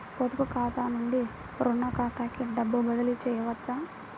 పొదుపు ఖాతా నుండీ, రుణ ఖాతాకి డబ్బు బదిలీ చేయవచ్చా?